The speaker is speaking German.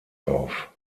auf